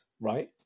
right